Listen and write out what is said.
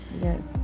Yes